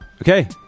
Okay